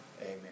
Amen